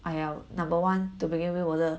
!aiya! number one to begin with 我的